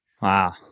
Wow